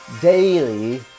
daily